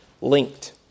linked